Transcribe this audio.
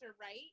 right